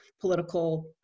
political